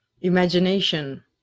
Imagination